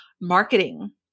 marketing